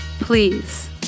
Please